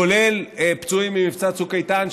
כולל פצועים ממבצע צוק איתן,